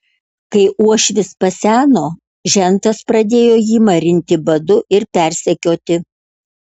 kai uošvis paseno žentas pradėjo jį marinti badu ir persekioti